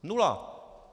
Nula.